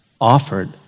offered